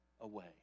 away